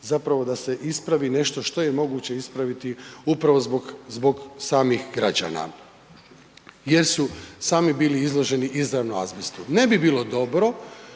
zapravo da se ispravi nešto što je moguće ispraviti upravo zbog samih građana jer su sami bili izloženi izravno azbestu, ne bi bilo dobro